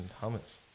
hummus